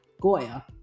Goya